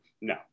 no